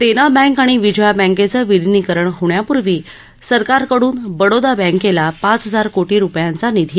देना bank आणि विजया बँकेचं विलीनकरण होण्यापूर्वी सरकारकडून बडोदा बँकेला पाच हजार कोटी रूपयांचा निधी